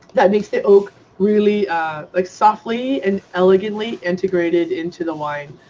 that makes the oak really like softly and elegantly integrated into the wine.